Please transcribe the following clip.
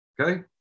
Okay